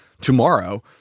tomorrow